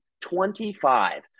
Twenty-five